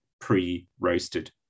pre-roasted